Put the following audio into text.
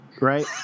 right